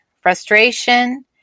frustration